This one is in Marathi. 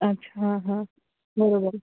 अच्छा हां बरोबर